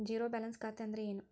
Zero balance ಖಾತೆ ಅಂದ್ರೆ ಏನು?